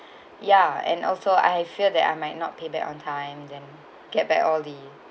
yeah and also I fear that I might not pay back on time then get back all the